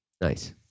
nice